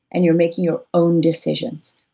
and you're making your own decisions.